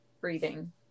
breathing